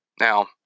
Now